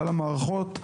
כלל המערכות,